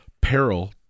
peril